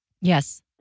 Yes